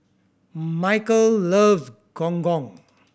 Mikel loves Gong Gong